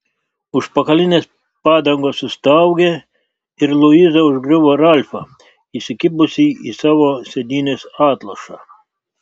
užpakalinės padangos sustaugė ir luiza užgriuvo ralfą įsikibusi į savo sėdynės atlošą